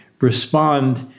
respond